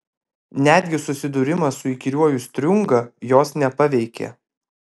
netgi susidūrimas su įkyriuoju striunga jos nepaveikė